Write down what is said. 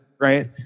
right